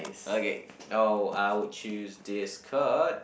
okay now I would choose this card